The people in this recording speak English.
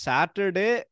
Saturday